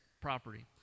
property